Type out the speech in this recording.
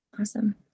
Awesome